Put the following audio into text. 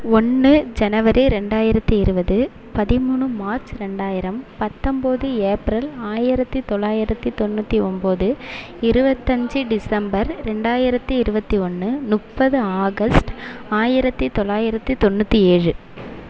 ஒன்று ஜனவரி ரெண்டாயிரத்தி இருபது பதிமூணு மார்ச் ரெண்டாயிரம் பத்தொம்பது ஏப்ரல் ஆயிரத்தி தொள்ளாயிரத்தி தொண்ணூற்றி ஒம்பது இருபத்தஞ்சு டிசம்பர் ரெண்டாயிரத்தி இருபத்தி ஒன்று முப்பது ஆகஸ்ட் ஆயிரத்தி தொள்ளாயிரத்தி தொண்ணூற்றி ஏழு